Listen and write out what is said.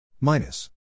minus